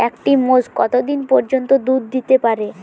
একটি মোষ কত দিন পর্যন্ত দুধ দিতে পারে?